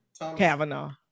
kavanaugh